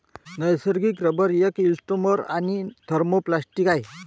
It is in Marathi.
नैसर्गिक रबर एक इलॅस्टोमर आणि थर्मोप्लास्टिक आहे